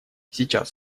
сейчас